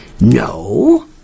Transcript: No